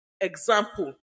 example